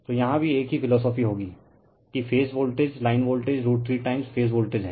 तो यहाँ भी एक ही फिलोसोफी होगी कि phase voltage line voltage 3 time phase voltage है